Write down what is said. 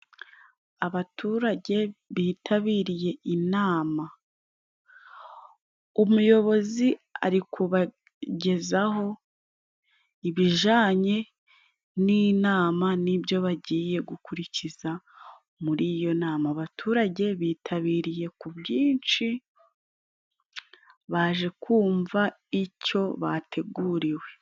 Abaturage bitabiriye inama. Umuyobozi ari kubagezaho ibijanye n'inama n'ibyo bagiye gukurikiza muri iyo nama. Abaturage bitabiriye ku bwinshi baje kumva icyo bateguriwe.